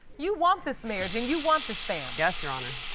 you want this marriage, and you want this family? yes, your honor.